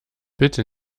bitte